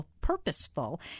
Purposeful